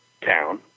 town